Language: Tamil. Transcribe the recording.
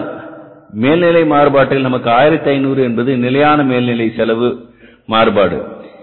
ஏனென்றால் மேல்நிலை மாறுபாட்டில் நமக்கு 1500 என்பது நிலையான மேல் நிலை செலவு மாறுபாடு